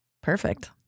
Perfect